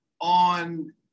on